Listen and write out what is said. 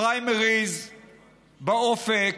הפריימריז באופק,